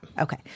Okay